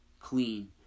clean